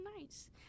nice